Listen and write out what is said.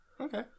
Okay